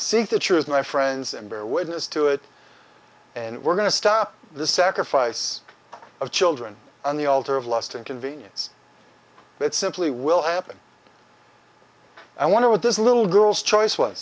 seek the truth my friends and bear witness to it and we're going to stop the sacrifice of children on the altar of lust and convenience that simply will happen i wonder what this little girl's choice wa